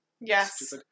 Yes